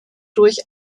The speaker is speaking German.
durch